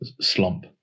slump